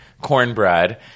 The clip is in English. Cornbread